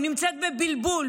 היא נמצאת בבלבול,